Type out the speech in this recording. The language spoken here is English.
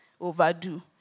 overdue